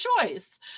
choice